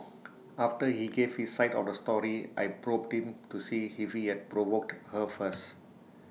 after he gave his side of the story I probed him to see if he had provoked her first